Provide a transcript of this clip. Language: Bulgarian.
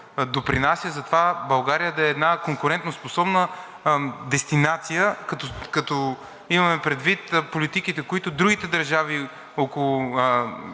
допринася за това България да е една конкурентоспособна дестинация, като имаме предвид политиките, които другите държави около